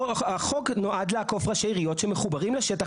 החוק נועד לעקוף ראשי עיריות שמחוברים לשטח